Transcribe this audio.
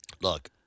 Look